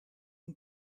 een